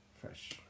Fresh